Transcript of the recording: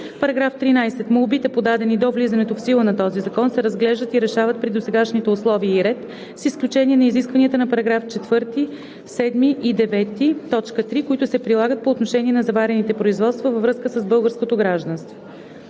§ 13: „§ 13. Молбите, подадени до влизането в сила на този закон, се разглеждат и решават при досегашните условия и ред, с изключение на изискванията на § 4, 7 и § 9, т. 3, които се прилагат и по отношение на заварените производства във връзка с българското гражданство.“